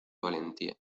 valentía